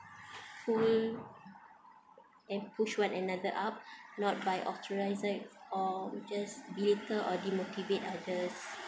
pull and push one another up not by authorising or just belittle or demotivate others